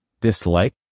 dislike